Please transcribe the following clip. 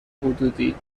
حدودی